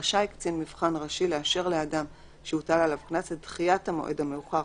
רשאי קצין מבחן ראשי לאשר לאדם שהוטל עליו קנס את דחיית המועד המאוחר